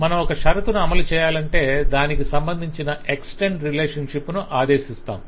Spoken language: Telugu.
మనం ఒక షరతును అమలుచేయాలంటే దానికి సంబంధించిన ఎక్స్టెండ్ రిలేషన్షిప్ ను ఆదేశిస్తాము